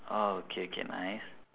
orh okay okay nice